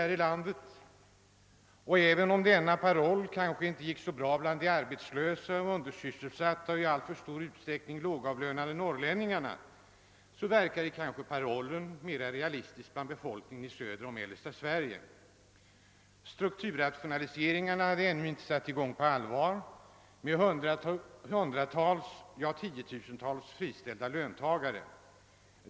Även om denna paroll kanske inte slog så bra bland de arbetslösa, undersysselsatta och i alltför stor utsträckning lågavlönade norrlänningarna, verkade kanske parollen mera realistisk bland befolkningen i södra och mellersta Sverige. Strukturrationaliseringarna hade ännu inte satt i gång på allvar med hundratals, ja tiotusentals friställda löntagare.